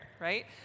right